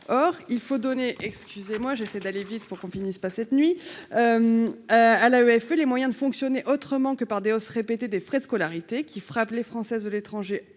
Or il faut donner à l'AEFE les moyens de fonctionner autrement que par des hausses répétées des frais de scolarité, lesquels frappent les Français de l'étranger